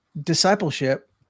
discipleship